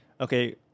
okay